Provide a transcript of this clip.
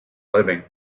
living